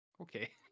okay